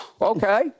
Okay